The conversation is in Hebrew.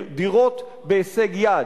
דירות בהישג יד,